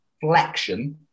flexion